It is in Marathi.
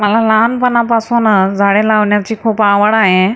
मला लहानपणापासूनच झाडे लावण्याची खूप आवड आहे